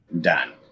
done